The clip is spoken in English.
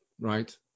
right